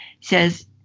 says